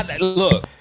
look